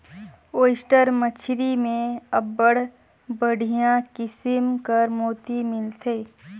oyster मछरी में अब्बड़ बड़िहा किसिम कर मोती मिलथे